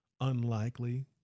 unlikely